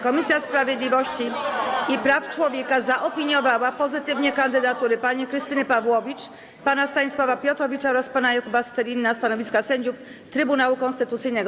Komisja Sprawiedliwości i Praw Człowieka zaopiniowała pozytywnie kandydatury pani Krystyny Pawłowicz, pana Stanisława Piotrowicza oraz pana Jakuba Steliny na stanowiska sędziów Trybunału Konstytucyjnego.